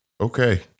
Okay